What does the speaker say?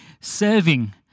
serving